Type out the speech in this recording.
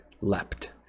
leapt